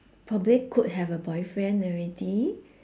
probably could have a boyfriend already